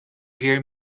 hear